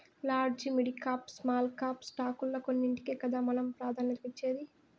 large, midcap, small cap స్టాకుల్ల కొన్నింటికే కదా మనం ప్రాధాన్యతనిచ్చేది